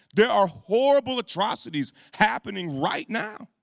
there are horrible atrocities happening right now.